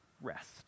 rest